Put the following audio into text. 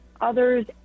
others